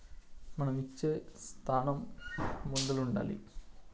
మనం ఇచ్చే స్థానం ముందర ఉండాలి